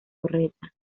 torreta